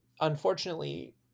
unfortunately